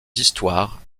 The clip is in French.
histoires